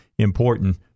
important